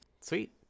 Sweet